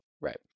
Right